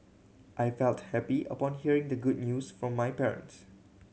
I felt happy upon hearing the good news from my parents